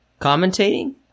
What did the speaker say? commentating